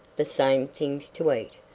the same things to eat,